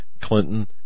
Clinton